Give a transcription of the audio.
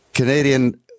Canadian